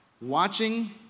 watching